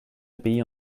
payer